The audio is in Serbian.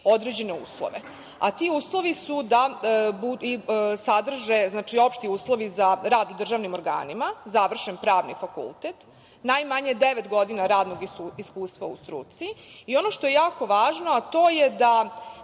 određene uslove, a ti uslovi su da sadrže… Znači, opšti uslovi za rad u državnim organima: završen pravni fakultet, najmanje devet godina radnog iskustva u struci i, ono što je jako važno, a to je da